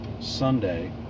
sunday